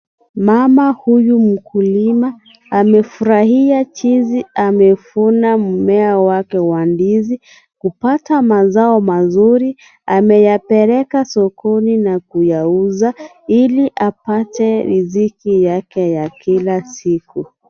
Mama huyu mkulima amefurahia jinsi amevuna mimea wake wa ndizi kupata mazao mazuri ameyapeleka sokoni na kuyauza ili apate riziki yake ya kila siku.